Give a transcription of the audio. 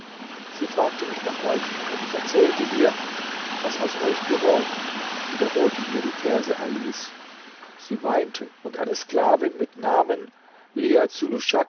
sie fragte mich nach euch und ich erzählte ihr was aus euch geworden und wiederholte ihr die verse alis sie weinte und eine sklavin mit namen